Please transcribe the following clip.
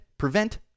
Prevent